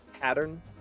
pattern